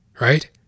Right